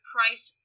Price